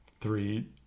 three